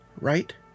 Right